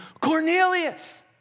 Cornelius